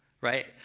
right